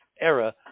era